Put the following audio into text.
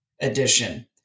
edition